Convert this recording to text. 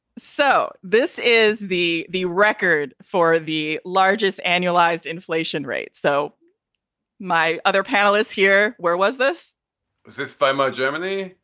so this is the the record for the largest annualized inflation rate. so my other panelists here. where was this? was this by my germany?